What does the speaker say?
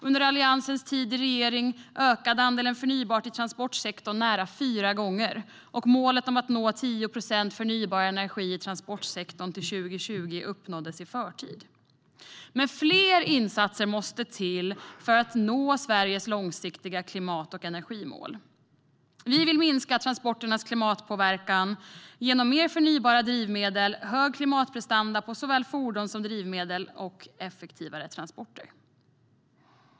Under Alliansens tid i regering ökade andelen förnybart i transportsektorn nästan fyra gånger, och målet att nå 10 procent förnybar energi i transportsektorn till 2020 uppnåddes i förtid. Men fler insatser måste till för att vi ska nå Sveriges långsiktiga klimat och energimål. Vi vill minska transporternas klimatpåverkan genom mer förnybara drivmedel, hög klimatprestanda på såväl fordon som drivmedel och effektivare transporter.